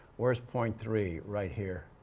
where's point three? right here.